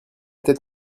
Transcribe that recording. tête